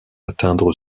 atteindre